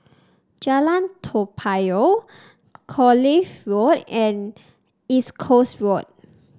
Jalan Toa Payoh Kloof Road and East Coast Road